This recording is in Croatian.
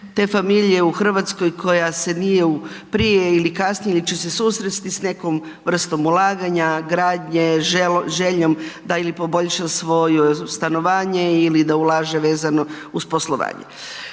te familije u Hrvatskoj koja se nije prije ili kasnije ili će se susresti s nekom vrstom ulaganja, gradnje, željom da ili poboljša svoje stanovanje ili da ulaže vezano uz poslovanje.